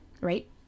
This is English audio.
right